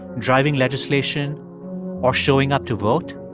driving legislation or showing up to vote?